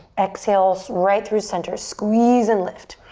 exhale's right through center. squeeze and lift.